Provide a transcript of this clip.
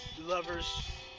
lovers